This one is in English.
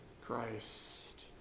Christ